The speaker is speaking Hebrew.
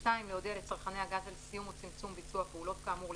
להודיע לצרכני הגז על סיום או צמצום ביצוע הפעולות כאמור,